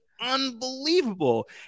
Unbelievable